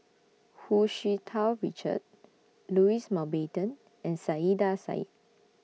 Hu Tsu Tau Richard Louis Mountbatten and Saiedah Said